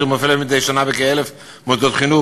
ומופעלת מדי שנה בכ-1,000 מוסדות חינוך,